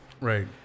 right